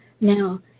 now